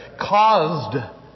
caused